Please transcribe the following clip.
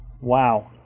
Wow